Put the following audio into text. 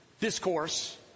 discourse